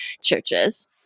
churches